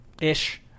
ish